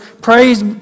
praise